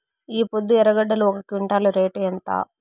ఈపొద్దు ఎర్రగడ్డలు ఒక క్వింటాలు రేటు ఎంత?